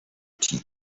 tea